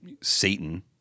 Satan